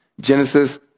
Genesis